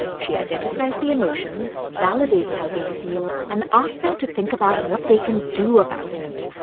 she identifies the emotions, validates how they feel and asks them to think about what they can do about it.